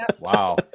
Wow